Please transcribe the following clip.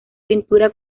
pintura